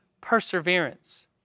perseverance